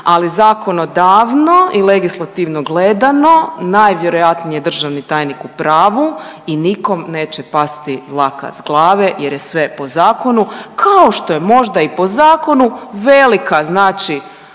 ali zakon odavno i legislativno gledano najvjerojatnije je državni tajnik u pravu i nikom neće pasti dlaka s glave jer je sve po zakonu kao što je možda i po zakonu velika znači,